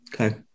Okay